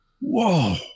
Whoa